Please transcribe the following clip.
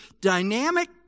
dynamic